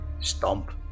Stomp